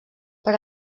per